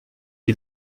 die